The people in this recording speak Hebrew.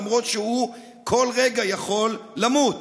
למרות שהוא כל רגע יכול למות.